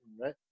right